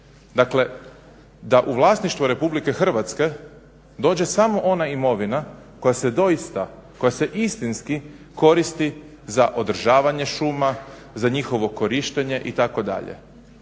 Dakle, da u vlasništvu RH dođe samo ona imovina koja se doista, koja se istinski koristi za održavanje šuma, za njihovo korištenje itd.